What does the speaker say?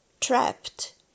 trapped